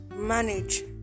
manage